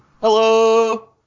Hello